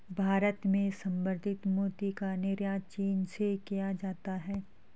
भारत में संवर्धित मोती का निर्यात चीन से किया जाता है